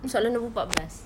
soalan nombor empat belas